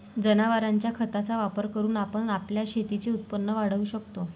जनावरांच्या खताचा वापर करून आपण आपल्या शेतीचे उत्पन्न वाढवू शकतो